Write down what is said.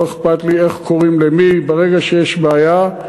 לא אכפת לי איך קוראים למי, ברגע שיש בעיה,